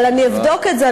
אבל אני אבדוק את זה.